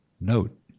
note